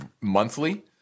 monthly